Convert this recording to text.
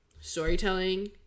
storytelling